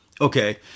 Okay